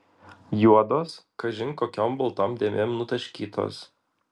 juodos kažin kokiom baltom dėmėm nutaškytos